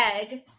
egg